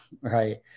right